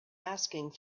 asking